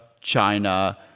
China